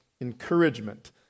encouragement